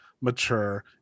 mature